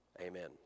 Amen